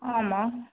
ஆமாம்